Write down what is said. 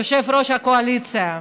יושב-ראש הקואליציה,